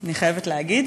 אני חייבת להגיד,